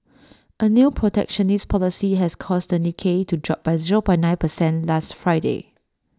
A new protectionist policy has caused the Nikkei to drop by zero point nine percent last Friday